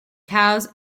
cows